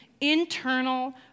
internal